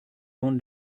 own